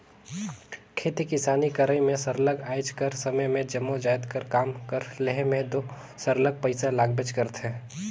खेती किसानी करई में सरलग आएज कर समे में जम्मो जाएत कर काम कर लेहे में दो सरलग पइसा लागबेच करथे